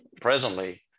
presently